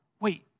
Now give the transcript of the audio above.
wait